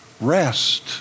rest